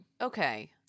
okay